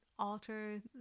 alter